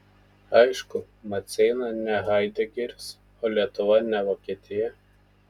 aišku maceina ne haidegeris o lietuva ne vokietija